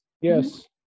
Yes